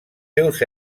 seus